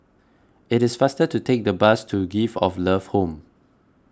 it is faster to take the bus to Gift of Love Home